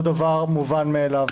זה לא דבר מובן מאליו.